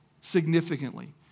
significantly